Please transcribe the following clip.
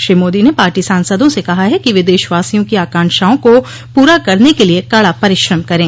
श्री मोदी ने पार्टी सांसदों से कहा है कि वे देशवासियों की आकांक्षाओं को पूरा करने के लिए कड़ा परिश्रम करे